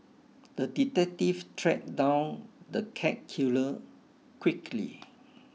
the detective tracked down the cat killer quickly